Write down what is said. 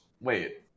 wait